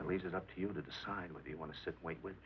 and leave it up to you to decide whether you want to sit wait with